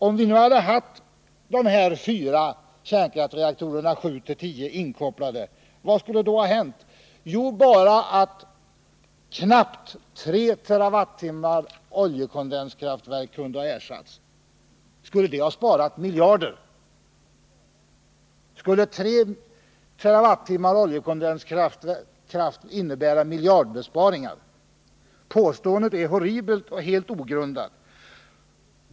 Om vi hade haft de fyra reaktorerna 7-10 inkopplade, vad skulle då ha hänt? Jo, det skulle bara ha inneburit att knappt 3 TWh oljekondenskraft kunde ha ersatts. Skulle detta ha sparat miljarder? Skulle 3 TWh oljekondenskraft innebära miljardbesparingar? Påståendet är horribelt och helt ogrundat.